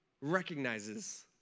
recognizes